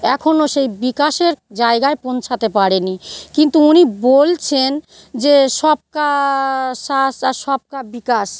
এখনও সেই বিকাশের জায়গায় পৌঁছাতে পারেনি কিন্তু উনি বলছেন যে সবকা সা সা সবকা বিকাশ